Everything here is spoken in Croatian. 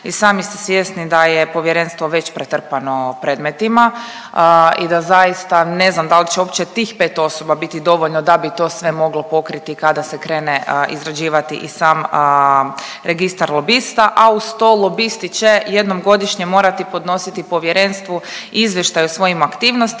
I sami ste svjesni da je povjerenstvo već pretrpano predmetima i da zaista ne znam da li će uopće tih 5 osoba biti dovoljno da bi to sve moglo pokriti kada se krene izrađivati i sam registar lobista, a uz to, lobisti će jednom godišnje morati podnositi povjerenstvu izvještaj o svojim aktivnostima,